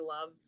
love